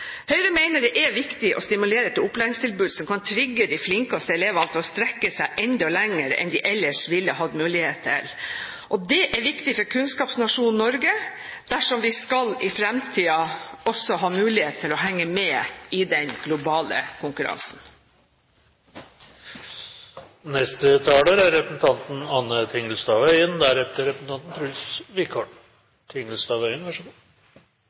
Høyre mener det er viktig å stimulere til opplæringstilbud som kan trigge de flinkeste elevene til å strekke seg enda lenger enn de ellers ville ha mulighet til. Det er viktig for kunnskapsnasjonen Norge dersom vi i fremtiden også skal ha mulighet til å henge med i den globale konkurransen.